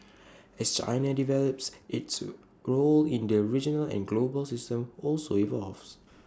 as China develops its role in the regional and global system also evolves